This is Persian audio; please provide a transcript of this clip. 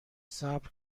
صبر